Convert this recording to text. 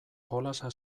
jolasa